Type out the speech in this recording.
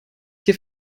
hier